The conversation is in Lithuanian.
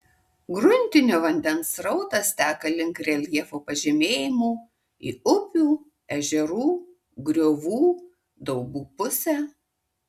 gruntinio vandens srautas teka link reljefo pažemėjimų į upių ežerų griovų daubų pusę